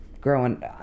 growing